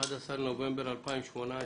ה-11 בנובמבר 2018,